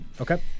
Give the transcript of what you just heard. Okay